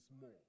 more